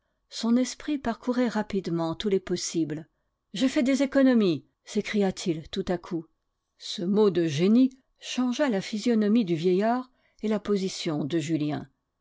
son esprit parcourait rapidement tous les possibles j'ai fait des économies s'écria-t-il tout à coup ce mot de génie changea la physionomie du vieillard et la position de julien